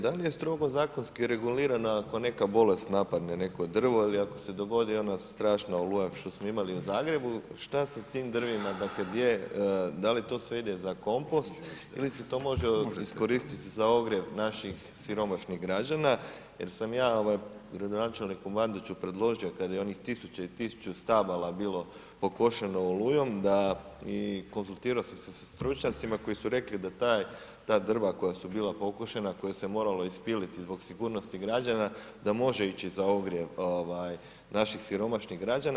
Da li je strogo zakonski regulirana ako neka bolest napadne neko drvo ili ako se dogodi ona strašna oluja što smo imali u Zagrebu, što sa tim drvima, dakle gdje, da li to sve ide za kompost ili se to može iskoristiti za ogrjev naših siromašnih građana jer sam ja gradonačelniku Bandiću predložio kad je onih tisuće i tisuće stabala bilo pokošeno olujom, da i konzultira se sa stručnjacima koji su rekli da ta drva koja su bila pokošena, koja su se morala ispiliti zbog sigurnosti građana, da može ići sa ogrjev naših siromašnih građana.